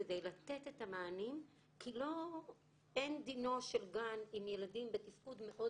כדי לתת את המענים כי אין דינו של גן עם ילדים בתפקוד מאוד